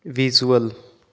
visual